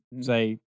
say